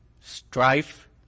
strife